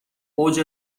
اوج